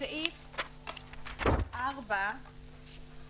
סעיף (4),